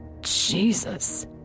Jesus